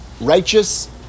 righteous